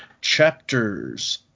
chapters